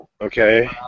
Okay